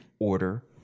Order